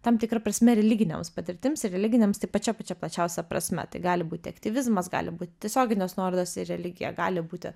tam tikra prasme religinėms patirtims ir religinėms taip pačia pačia plačiausia prasme tai gali būti aktyvizmas gali būti tiesioginės nuorodos į religiją gali būti